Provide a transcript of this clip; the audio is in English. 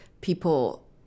people